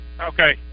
Okay